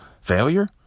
Failure